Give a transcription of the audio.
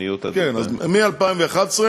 תוכניות עד 2011. כן, 2011 ולפניה.